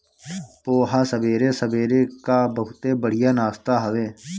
पोहा सबेरे सबेरे कअ बहुते बढ़िया नाश्ता हवे